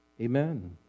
Amen